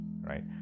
right